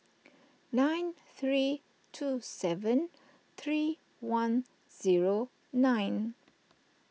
nine three two seven three one zero nine